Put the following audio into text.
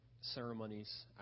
ceremonies